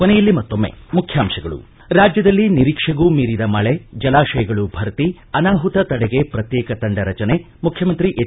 ಕೊನೆಯಲ್ಲಿ ಮತ್ತೊಮ್ಮೆ ಮುಖ್ಯಾಂಶಗಳು ರಾಜ್ಯದಲ್ಲಿ ನಿರೀಕ್ಷೆಗೂ ಮೀರಿದ ಮಳೆ ಜಲಾಶಯಗಳು ಭರ್ತಿ ಅನಾಹುತ ತಡೆಗೆ ಪ್ರತ್ಯೇಕ ತಂಡ ರಚನೆ ಮುಖ್ಯಮಂತ್ರಿ ಎಚ್